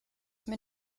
mir